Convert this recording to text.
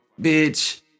bitch